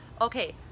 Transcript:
okay